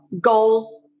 goal